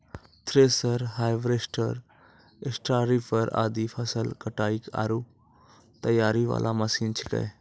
thresher, harvester, स्टारीपर आदि फसल कटाई आरो तैयारी वाला मशीन छेकै